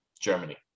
Germany